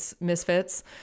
Misfits